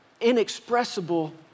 inexpressible